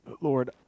Lord